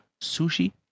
sushi